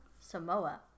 Samoa